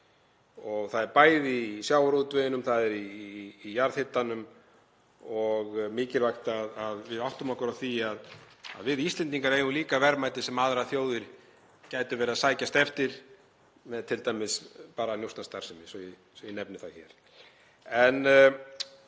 Það er í sjávarútveginum, það er í jarðhitanum og mikilvægt að við áttum okkur á því að við Íslendingar eigum líka verðmæti sem aðrar þjóðir gætu sóst eftir með t.d. njósnastarfsemi, svo ég nefni það hér.